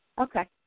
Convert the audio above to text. Okay